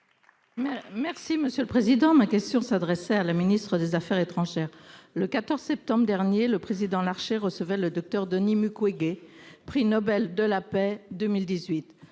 Merci monsieur le président, ma question s'adressait à la ministre des Affaires étrangères, le 14 septembre dernier le président Larché recevait le Docteur Denis Mukwege, prix Nobel de la paix 2018,